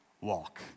walk